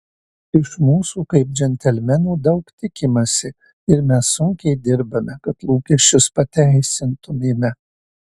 iš mūsų kaip džentelmenų daug tikimasi ir mes sunkiai dirbame kad lūkesčius pateisintumėme